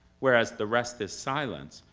whereas, the rest is silence,